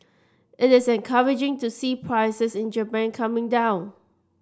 it is encouraging to see prices in Japan coming down